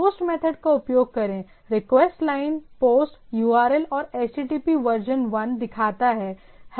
post method का उपयोग करें रिक्वेस्ट लाइन POST URL और HTTP वर्जन 1 दिखाता है